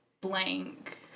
blank